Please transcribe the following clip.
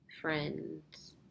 friends